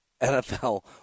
NFL